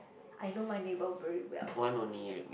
I know my neighbor very well